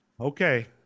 Okay